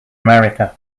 america